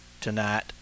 tonight